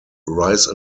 rise